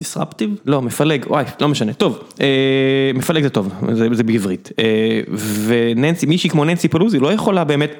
disruptive? לא מפלג, וואי, לא משנה, טוב. מפלג זה טוב, זה בעברית. וננסי, מישהי כמו ננסי פלוזי לא יכולה באמת.